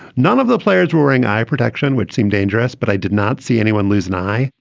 none of the players wearing eye protection, which seem dangerous, but i did not see anyone lose an eye.